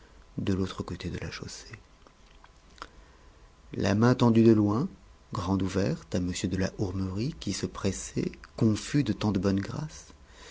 de l'autre côté de la chaussée la main tendue de loin grande ouverte à m de la hourmerie qui se pressait confus de tant de bonne grâce